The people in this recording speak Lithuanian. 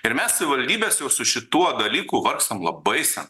ir mes savivaldybėse jau su šituo dalyku vargstam labai sen